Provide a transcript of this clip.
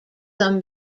some